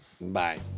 Bye